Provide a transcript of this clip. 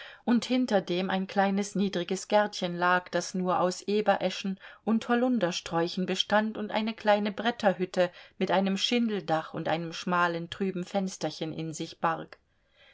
und hinter dem ein kleines niedriges gärtchen lag das nur aus ebereschen und holundersträuchen bestand und eine kleine bretterhütte mit einem schindeldach und einem schmalen trüben fensterchen in sich barg